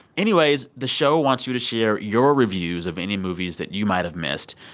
anyways, the show wants you to share your reviews of any movies that you might have missed.